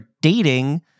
dating